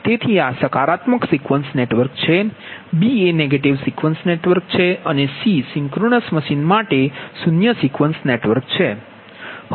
તેથી આ સકારાત્મક સિક્વન્સ નેટવર્ક છે b એ નેગેટિવ સિક્વેન્સ નેટવર્ક છે અને c સિંક્રનસ મશીન માટે શૂન્ય સિક્વન્સ નેટવર્ક છે